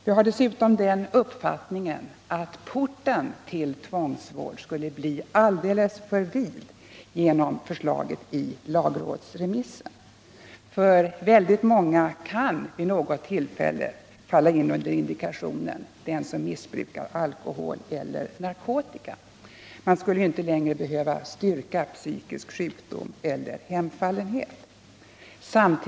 Jag har dessutom den uppfattningen att porten till tvångsvård skulle bli alldeles för vid genom förslaget i lagrådsremissen, för väldigt många kan vid något tillfälle falla in under indikationen missbruk av alkohol eller narkotika — man skulle ju inte längre behöva styrka psykisk sjukdom eller hemfallenhet.